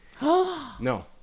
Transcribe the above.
No